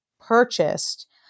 purchased